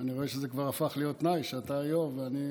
אני רואה שזה כבר הפך להיות תנאי שאתה היו"ר ואני,